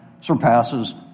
surpasses